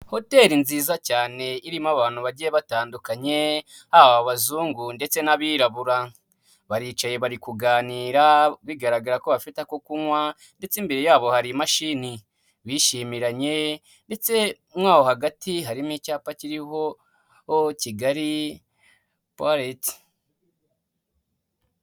Hoteli nziza cyane irimo abantu bagiye batandukanye haba abazungu ndetse n'abirabura. Baricaye bari kuganira bigaragara ko bafite ako kunywa ndetse imbere yabo hari imashini, bishimiranye ndetse mo aho hagati harimo icyapa kiriho Kigali pawaretsi.